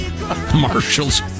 Marshall's